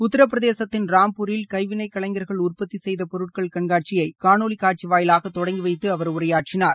உத்திரபிரதேசத்தின் ராம்பூரில் கைவினை கலைஞர்கள் உற்பத்தி செய்த பொருட்கள் கண்காட்சியை காணொலி காட்சி வாயிலாக தொடங்கி வைத்து அவர் உரையாற்றினார்